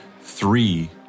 three